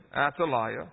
Athaliah